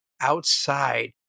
outside